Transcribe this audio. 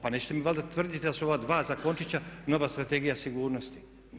Pa nećete mi valjda tvrditi da su ova dva zakončića nova Strategija sigurnosti.